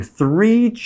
three